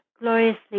gloriously